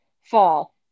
fall